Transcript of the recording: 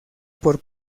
por